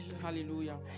Hallelujah